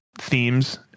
Themes